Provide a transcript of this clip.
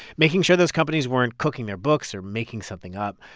making sure those companies weren't cooking their books or making something up.